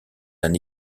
d’un